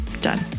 done